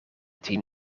tien